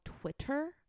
Twitter